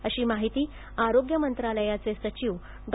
अशी माहिती आरोग्य मंत्रालयाचे सचिव डॉ